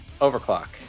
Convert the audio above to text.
Overclock